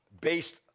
based